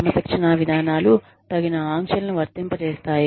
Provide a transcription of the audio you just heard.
క్రమశిక్షణా విధానాలు తగిన ఆంక్షలను వర్తింపజేస్తాయి